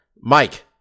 Mike